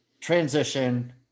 transition